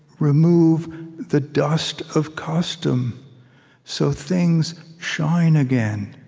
remove the dust of custom so things shine again,